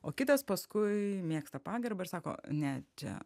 o kitas paskui mėgsta pagarbą ir sako ne čia